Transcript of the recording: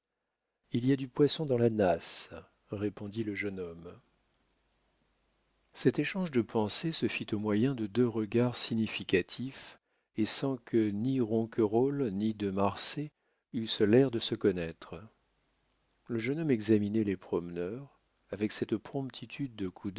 il y a du poisson dans la nasse répondit le jeune homme cet échange de pensées se fit au moyen de deux regards significatifs et sans que ni ronquerolles ni de marsay eussent l'air de se connaître le jeune homme examinait les promeneurs avec cette promptitude de